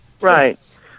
Right